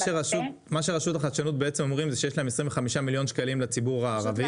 מה שרשות ההשקעות בעצם אומרים שיש להם 25 מיליון שקלים לציבור הערבי.